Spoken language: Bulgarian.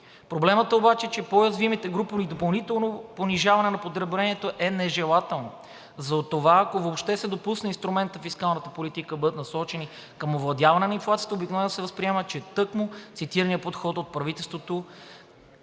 Проблемът е обаче, че при по-уязвимите групи допълнително понижаване на потреблението е нежелателно. Затова, ако въобще се допусне инструментът във фискалната политика да бъде насочен към овладяване на инфлацията, обикновено се възприема, че тъкмо цитираният подход от правителството